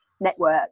network